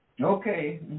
Okay